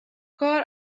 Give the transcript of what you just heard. کار